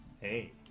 Hey